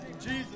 Jesus